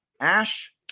ash